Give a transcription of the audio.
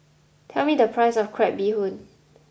tell me the price of Crab Bee Hoon